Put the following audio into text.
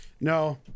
No